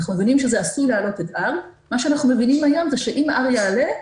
אנחנו מבינים שזה עשוי להעלות את R. מה שאנחנו מבינים היום זה שאם R יעלה,